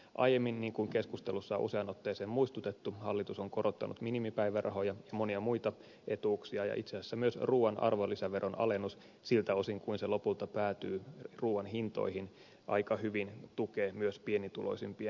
aiemmin niin kuin keskustelussa useaan otteeseen on muistutettu hallitus on korottanut minimipäivärahoja monia muita etuuksia ja itse asiassa myös ruuan arvonlisäveron alennus siltä osin kuin se lopulta päätyy ruuan hintoihin aika hyvin tukee myös pienituloisimpien toimeentuloa